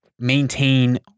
maintain